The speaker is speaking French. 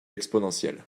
exponentielle